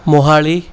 Mohali